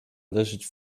leżeć